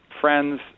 friends